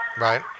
Right